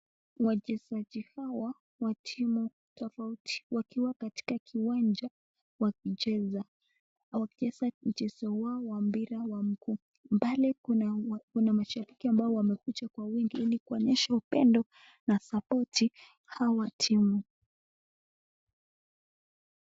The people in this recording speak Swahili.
Wachezaji hawa wa timu tofauti wakiwa katika kiwanja wakicheza. Wakianza mchezo wao wa mbira wa mkuu. Mbali kuna kuna mashabiki ambao wamekuja kwa wingi ili kuonyesha upendo na sapoti hawa timu.